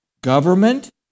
government